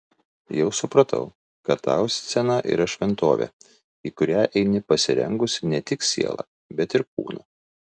jau supratau kad tau scena yra šventovė į kurią eini pasirengusi ne tik siela bet ir kūnu